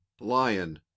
lion